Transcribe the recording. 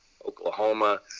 Oklahoma